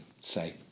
say